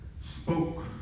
spoke